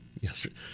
yesterday